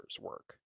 work